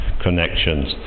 connections